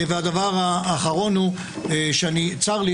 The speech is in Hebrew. הדבר האחרון, צר לי